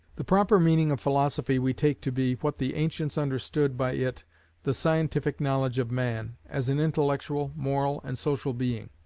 the proper meaning of philosophy we take to be, what the ancients understood by it the scientific knowledge of man, as an intellectual, moral, and social being.